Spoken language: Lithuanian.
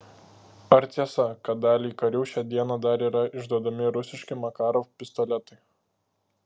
ar tiesa kad daliai karių šią dieną dar yra išduodami rusiški makarov pistoletai